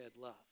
love